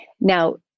Now